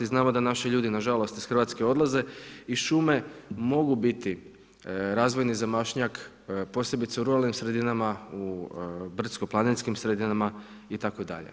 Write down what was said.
Znamo da naši ljudi, na žalost, iz RH odlaze i šume mogu biti razvojni zamašnjak, posebice u ruralnim sredinama, u brdsko-planinskim sredinama itd.